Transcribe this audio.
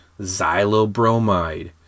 xylobromide